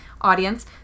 audience